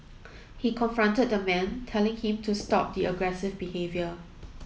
he confronted the man telling him to stop the aggressive behaviour